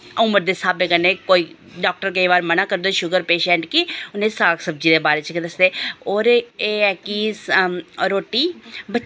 उमर दे स्हाबे कन्नै कोई डाक्टर केईं बारी मनाह् करदे शुगर पेशेंट कि उ'नें साग सब्जी दे बारे च गै दसदे और एह् ऐ कि रुट्टी बच्चे